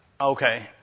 Okay